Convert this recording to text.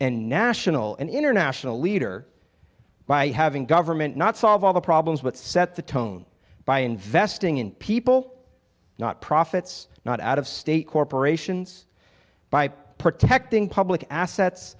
and national and international leader by having government not solve all the problems but set the tone by investing in people not profits not out of state corporations by protecting public assets